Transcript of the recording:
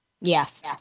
Yes